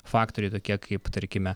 faktoriai tokie kaip tarkime